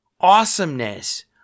awesomeness